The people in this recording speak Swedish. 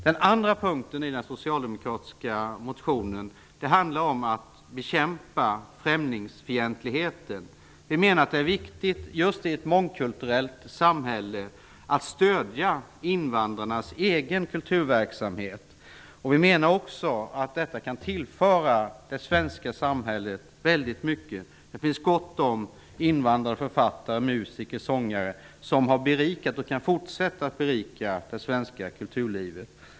Den andra punkten i den socialdemokratiska kulturmotionen handlar om att bekämpa främlingsfientligheten. Vi anser att det just i ett mångkulturellt samhälle är viktigt att stödja invandrarnas egen kulturverksamhet. Detta kan tillföra det svenska samhället väldigt mycket. Det finns gott om invandrade författare, musiker och sångare, som har berikat och kan fortsätta att berika det svenska kulturlivet.